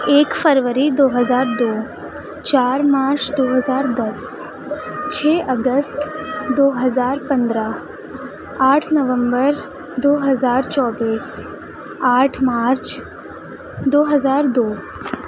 ایک فروری دو ہزار دو چار مارچ دو ہزار دس چھ اگست دو ہزار پندرہ آٹھ نومبر دو ہزار چوبیس آٹھ مارچ دو ہزار دو